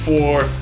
four